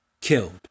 killed